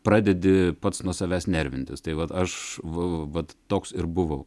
pradedi pats nuo savęs nervintis tai vat aš vat toks ir buvau